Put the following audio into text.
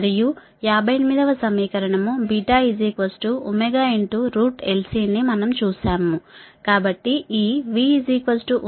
మరియు 58 వ సమీకరణం LCని మనం చూశాము